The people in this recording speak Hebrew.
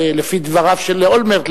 לפי דבריו של אולמרט,